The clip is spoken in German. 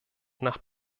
nach